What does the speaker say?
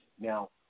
Now